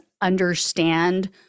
understand